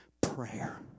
prayer